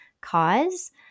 cause